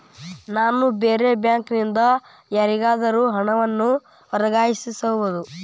ನಾನು ಬೇರೆ ಬ್ಯಾಂಕ್ ನಿಂದ ಯಾರಿಗಾದರೂ ಹಣವನ್ನು ವರ್ಗಾಯಿಸಬಹುದೇ?